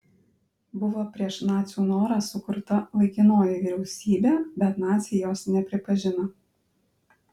buvo prieš nacių norą sukurta laikinoji vyriausybė bet naciai jos nepripažino